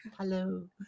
Hello